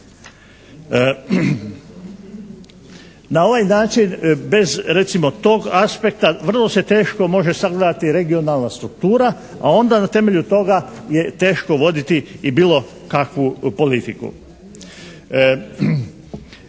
Na ovaj način bez recimo tog aspekta vrlo se teško može sagledati regionalna struktura, a onda na temelju toga je teško voditi i bilo kakvu politiku.